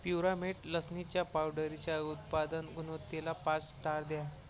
प्युरामेट लसणीच्या पावडरीच्या उत्पादन गुणवत्तेला पास स्टार द्या